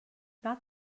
not